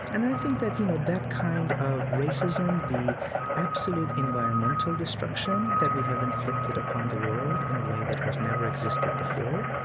and i think that, you know, that kind of racism, the absolute environmental destruction that we have inflicted upon the world in a way that has never existed before,